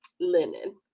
linen